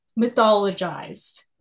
mythologized